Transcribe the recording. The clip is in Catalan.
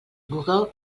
google